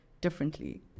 differently